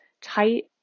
tight